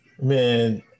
Man